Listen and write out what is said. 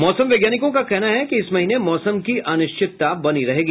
मौसम वैज्ञानिकों का कहना है कि इस महीने मौसम की अनिश्चितता बनी रहेगी